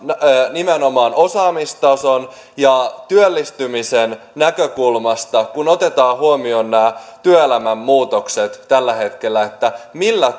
nimenomaan osaamistason ja työllistymisen näkökulmasta kun otetaan huomioon nämä työelämän muutokset tällä hetkellä millä